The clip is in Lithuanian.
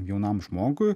jaunam žmogui